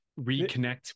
Reconnect